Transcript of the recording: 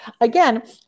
again